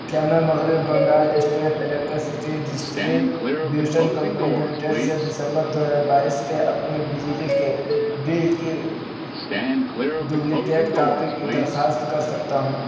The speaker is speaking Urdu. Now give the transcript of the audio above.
کیا میں مغربی Bengal state electricity distribution company limited سے دسمبر دو ہزار بائیس کے اپنے بجلی کے بل کی ڈبلیکیٹ کاپی کی درخواست کر سکتا ہوں